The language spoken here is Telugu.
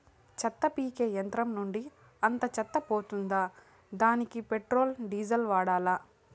చెత్త పీకే యంత్రం నుండి అంతా చెత్త పోతుందా? దానికీ పెట్రోల్, డీజిల్ వాడాలా?